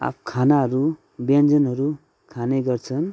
खानाहरू व्यञ्जनहरू खाने गर्छन्